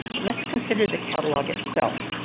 let's consider the catalogue itself.